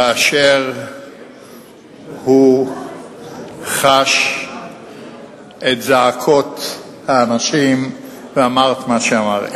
כאשר הוא חש את זעקות האנשים ואמר את מה שאמר.